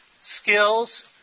skills